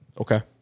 okay